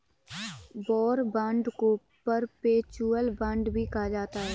war bond को perpetual bond भी कहा जाता है